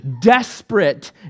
desperate